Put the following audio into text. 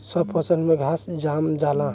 सब फसल में घास जाम जाला